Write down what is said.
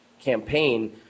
campaign –